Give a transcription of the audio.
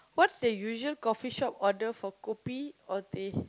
what's the usual coffee shop order for kopi or teh